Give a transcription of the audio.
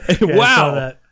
Wow